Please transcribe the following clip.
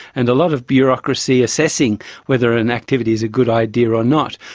and a lot of bureaucracy assessing whether an activity is a good idea or not.